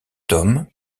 tomes